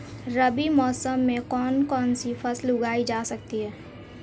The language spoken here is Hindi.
रबी मौसम में कौन कौनसी फसल उगाई जा सकती है?